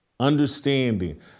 Understanding